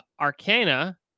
arcana